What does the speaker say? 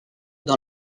dans